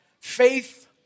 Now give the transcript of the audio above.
faith